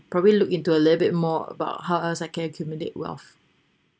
probably look into a little bit more about how else I can accumulate wealth